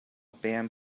band